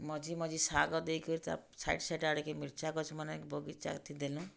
ମଝି ମଝି ଶାଗ ଦେଇକରି ତା'ର୍ ସାଇଡ଼୍ ସାଇଡ଼୍ ଆଡ଼୍କେ ମିର୍ଚା ଗଛ୍ମାନେ ବଗିଚାଥି ଦେଲୁଁ